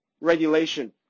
regulation